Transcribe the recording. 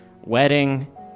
Wedding